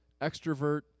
extrovert